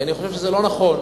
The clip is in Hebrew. כי אני חושב שזה לא נכון.